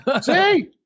See